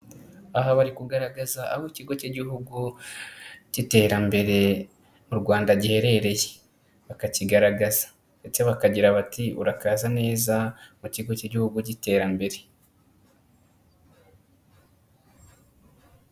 Aha bari kugaragaza aho ikigo cy'igihugu cy'iterambere m'u Rwanda giherereye, bakakigaragaza ndetse bakagira bati ''urakaza neza mu kigo cy'igihugu cy'iterambere''.